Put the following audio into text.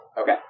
Okay